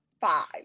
five